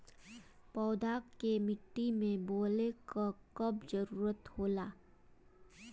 पौधा के मिट्टी में बोवले क कब जरूरत होला